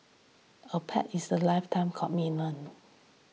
a pet is a lifetime commitment